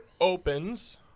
opens